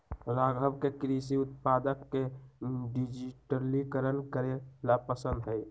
राघव के कृषि उत्पादक के डिजिटलीकरण करे ला पसंद हई